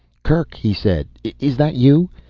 kerk, he said, is that you?